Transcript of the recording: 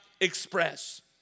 express